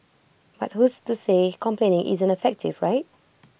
but who's to say complaining isn't effective right